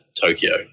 Tokyo